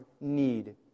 need